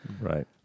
right